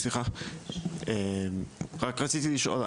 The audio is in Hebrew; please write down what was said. סליחה, רק רציתי לשאול.